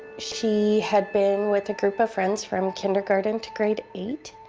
she had been with a group of friends from kindergarten to grade eight,